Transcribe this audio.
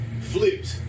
flipped